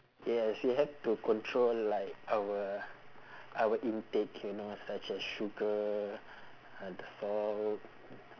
yes she had to control like our our intake you know such as sugar uh the salt